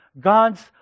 God's